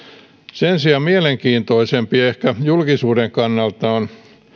sen sijaan mielenkiintoisempi ehkä julkisuuden kannalta on